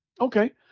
Okay